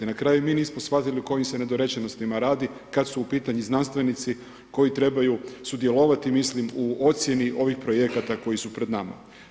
Na kraju mi nismo shvatili o kojim se nedorečenostima radi kad su u pitanju znanstvenici koji trebaju sudjelovati mislim u ocjeni ovih projekata koji su pred nama.